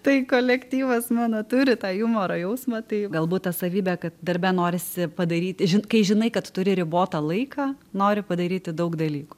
tai kolektyvas mano turi tą jumoro jausmą tai galbūt tą savybę kad darbe norisi padaryti kai žinai kad turi ribotą laiką nori padaryti daug dalykų